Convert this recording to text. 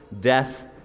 death